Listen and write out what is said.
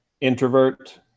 Introvert